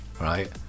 right